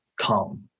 come